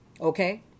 okay